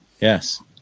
yes